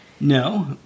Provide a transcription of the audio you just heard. No